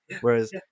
whereas